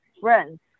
friends